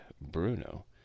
Bruno